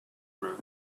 roof